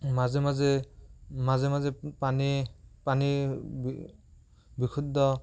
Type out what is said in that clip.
মাজে মাজে মাজে মাজে পানী পানী বিশুদ্ধ